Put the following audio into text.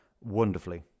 wonderfully